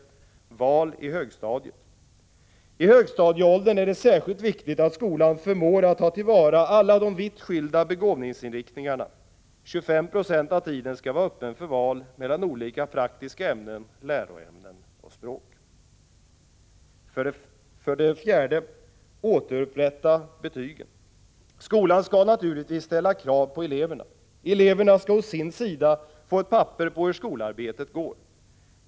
Vali högstadiet. I högstadieåldern är det särskilt viktigt att skolan förmår att ta till vara alla de vitt skilda begåvningsinriktningarna. 25 96 av tiden skall vara öppen för val mellan olika praktiska ämnen, läroämnen och språk. 4. Återupprätta betygen. Skolan skall naturligtvis ställa krav på eleverna. Eleverna skall å sin sida få ett papper på hur skolarbetet går.